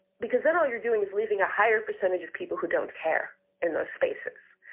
because then all you're doing is leaving a higher percentage of people who don't care in those spaces.